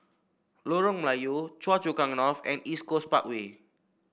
Lorong Melayu Choa Chu Kang North and East Coast Parkway